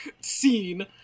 scene